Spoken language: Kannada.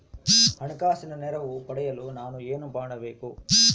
ಹಣಕಾಸಿನ ನೆರವು ಪಡೆಯಲು ನಾನು ಏನು ಮಾಡಬೇಕು?